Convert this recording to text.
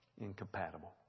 Incompatible